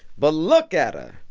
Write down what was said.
but look at her.